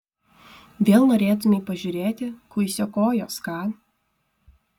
vėl norėtumei pažiūrėti kuisio kojos ką